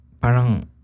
parang